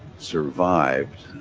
survived